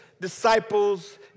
disciples